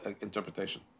interpretation